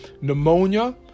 pneumonia